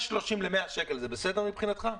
6.30 ל-100 שקל זה בסדר מבחינתך?